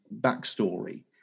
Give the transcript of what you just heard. backstory